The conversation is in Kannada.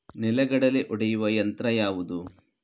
ನೆಲಗಡಲೆ ಒಡೆಯುವ ಯಂತ್ರ ಯಾವುದು?